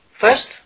first